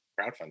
crowdfunding